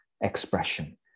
expression